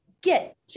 get